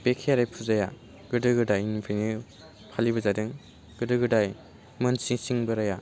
बे खेराइ फुजाया गोदो गोदायनिफ्राइनो फालिबोजादों गोदो गोदाय मोनसिंसिं बोराया